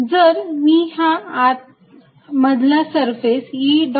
जर मी हा आत मधला सरफेस E